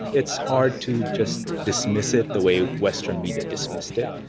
it's hard to just dismiss it the way western media dismissed it.